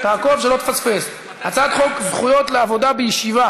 תעקוב, שלא תפספס, הצעת חוק הזכות לעבודה בישיבה